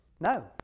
No